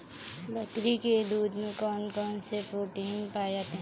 बकरी के दूध में कौन कौनसे प्रोटीन पाए जाते हैं?